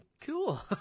cool